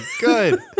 good